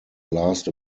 last